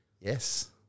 Yes